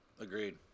agreed